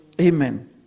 amen